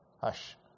hush